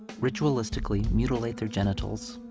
ritualistically mutilate their genitals,